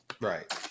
right